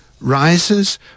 rises